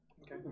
okay